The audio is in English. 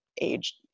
age